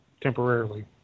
temporarily